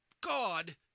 God